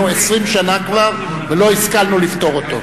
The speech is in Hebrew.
20 שנה כבר ולא השכלנו לפתור אותו.